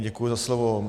Děkuji za slovo.